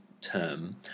term